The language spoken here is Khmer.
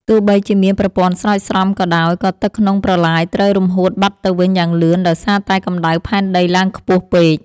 ទោះបីជាមានប្រព័ន្ធស្រោចស្រពក៏ដោយ ក៏ទឹកក្នុងប្រឡាយត្រូវរំហួតបាត់ទៅវិញយ៉ាងលឿនដោយសារតែកម្ដៅផែនដីឡើងខ្ពស់ពេក។